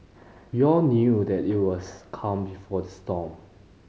we all knew that it was calm before the storm